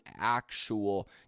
actual